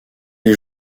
les